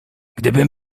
gdybym